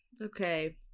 okay